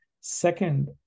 Second